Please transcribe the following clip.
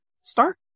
start